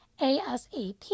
ASAP